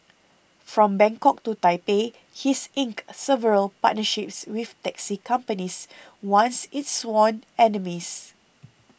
from Bangkok to Taipei he's inked several partnerships with taxi companies once its sworn enemies